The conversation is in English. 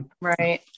Right